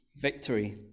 victory